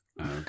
okay